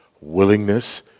willingness